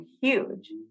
huge